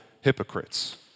hypocrites